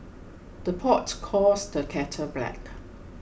the pot calls the kettle black